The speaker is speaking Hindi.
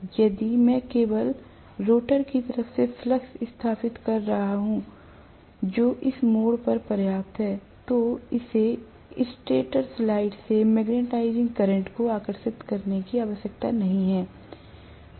इसलिए यदि मैं केवल रोटर की तरफ से फ्लक्स स्थापित कर रहा हूं जो इस मोड़ पर पर्याप्त है तो इसे स्टेटर साइड से मैग्नेटाइजिंग करंट को आकर्षित करने की आवश्यकता नहीं है